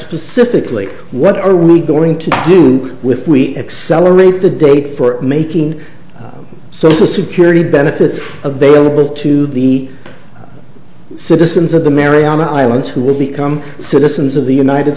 pacifically what are we going to do with we accelerate the date for making social security benefits available to the citizens of the mariana islands who will become citizens of the united